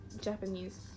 Japanese